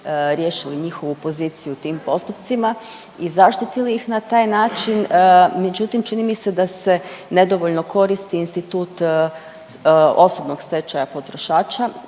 riješili njihovu poziciju tim postupcima i zaštitili ih na taj način, međutim čini mi se da se nedovoljno koristi institut osobnog stečaja potrošača.